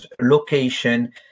location